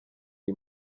iyi